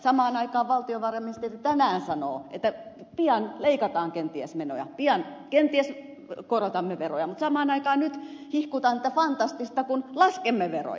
samaan aikaan valtiovarainministeri tänään sanoo että pian leikataan kenties menoja pian kenties korotamme veroja mutta samaan aikaan nyt hihkutaan että fantastista kun laskemme veroja